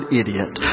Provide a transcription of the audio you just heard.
idiot